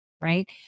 right